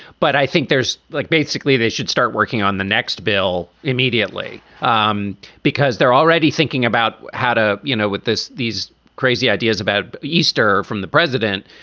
but i think there's like basically they should start working on the next bill immediately um because they're already thinking about how to, you know, with this these crazy ideas about easter from the president.